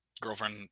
girlfriend